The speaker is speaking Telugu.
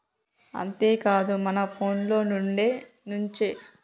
అంతేకాదు మన ఫోన్లో నుంచే మనకు రెండు ఖాతాలు ఉంటే ఒకదాంట్లో కేంచి ఇంకోదాంట్లకి కూడా పంపుకోవచ్చు